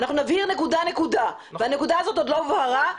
אנחנו נבהיר נקודה נקודה והנקודה הזאת עוד לא הובהרה.